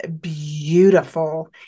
beautiful